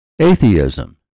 atheism